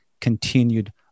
continued